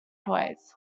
toys